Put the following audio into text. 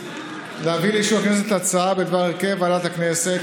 להביא לאישור הכנסת הצעה בדבר הרכב ועדת הכנסת.